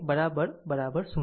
તેનો અર્થ i 0